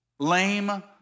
Lame